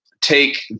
take